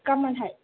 गाबोनहाय